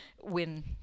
win